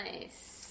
Nice